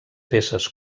peces